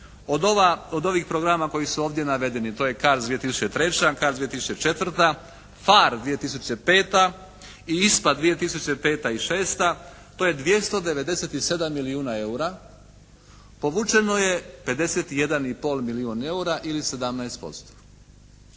od ovih programa koji su ovdje navedeni, to je «CARDS» 2003., «CARDS» 2004., «PHARE» 2005. i «ISPA» 2005. i 2006. to je 297 milijuna EUR-a povučeno je 51 i pol milijun EUR-a ili 17%.